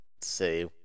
say